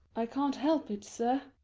i can't help it, sir.